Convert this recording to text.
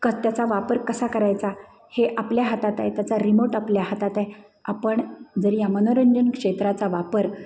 का त्याचा वापर कसा करायचा हे आपल्या हातात आहे त्याचा रिमोट आपल्या हातात आहे आपण जर या मनोरंजनक्षेत्राचा वापर